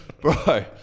bro